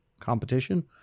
competition